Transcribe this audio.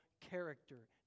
character